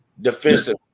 defensive